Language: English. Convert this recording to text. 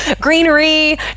greenery